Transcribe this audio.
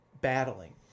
battling